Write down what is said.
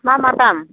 मा मा दाम